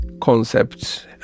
concepts